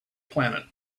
planet